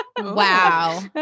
wow